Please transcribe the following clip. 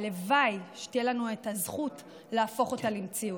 והלוואי שתהיה לנו הזכות להפוך אותה למציאות.